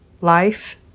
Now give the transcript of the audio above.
life